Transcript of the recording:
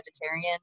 vegetarian